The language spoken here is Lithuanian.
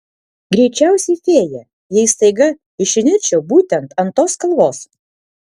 greičiausiai fėja jei staiga išnirčiau būtent ant tos kalvos